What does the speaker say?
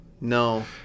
No